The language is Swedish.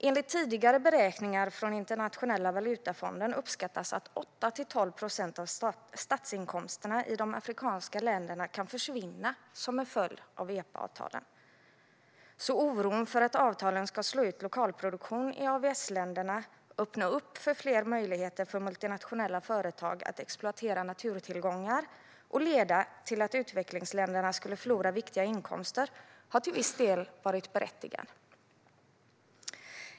Enligt tidigare beräkningar från Internationella valutafonden uppskattas att 8-12 procent av statsinkomsterna i de afrikanska länderna kan försvinna som en följd av EPA-avtalen. Oron för att avtalen ska slå ut lokalproduktion i AVS-länderna, öppna upp fler möjligheter för multinationella företag att exploatera naturtillgångar och leda till att utvecklingsländerna skulle förlora viktiga inkomster har alltså till viss del varit berättigad.